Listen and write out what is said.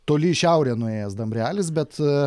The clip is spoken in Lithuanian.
toli į šiaurę nuėjęs dambrelis bet